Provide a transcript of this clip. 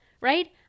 right